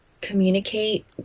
communicate